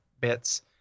bits